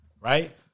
right